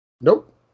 Nope